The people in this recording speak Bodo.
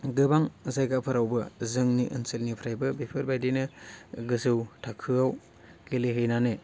गोबां जायगाफोरावबो जोंनि ओनसोलनिफ्रायबो बेफोरबादिनो गोजौ थाखोआव गेलेहैनानै